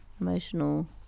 Emotional